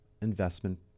investment